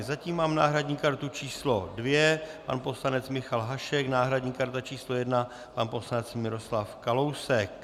Zatím má náhradní kartu č. 2 pan poslanec Michal Hašek, náhradní karta č. 1 pan poslanec Miroslav Kalousek.